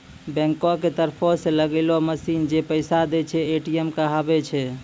बैंको के तरफो से लगैलो मशीन जै पैसा दै छै, ए.टी.एम कहाबै छै